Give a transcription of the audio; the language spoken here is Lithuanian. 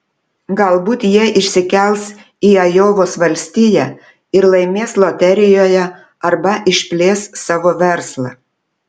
galbūt jie išsikels į ajovos valstiją ir laimės loterijoje arba išplės savo verslą